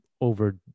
over